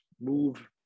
move